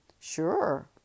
Sure